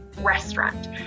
restaurant